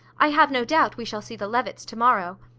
i have no doubt we shall see the levitts to-morrow.